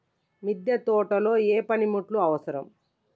మిద్దె తోటలో ఏ పనిముట్లు అవసరం?